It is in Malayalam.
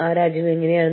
അതൊരു വലിയ പ്രശ്നമാണ്